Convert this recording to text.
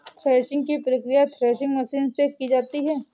threshing की प्रकिया threshing machine से की जाती है